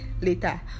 later